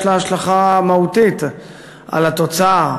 יש לה השלכה מהותית על התוצאה,